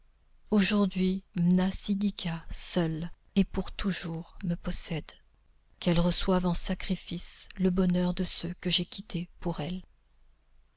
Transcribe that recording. aujourd'hui mnasidika seule et pour toujours me possède qu'elle reçoive en sacrifice le bonheur de ceux que j'ai quittés pour elle